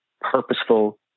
purposeful